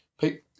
Pete